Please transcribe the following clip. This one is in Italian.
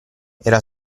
era